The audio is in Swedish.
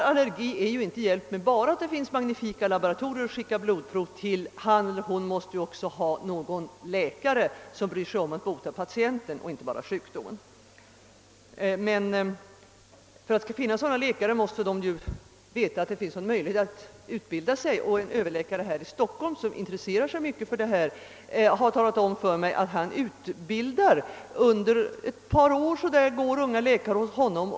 En allergipatient är inte hjälpt bara därför att det finns magnifika laboratorier att skicka blodprov till, ty han eller hon måste ju ha någon läkare som bryr sig om att bota patienten och inte bara sjukdomen. Om det skall kunna finnas sådana läkare måste det finnas möjligheter att utbilda sig. En överläkare här i Stockholm, som intresserar sig mycket för allergologin, har talat om för mig, att han har unga läkare som arbetar hos honom och får undervisning.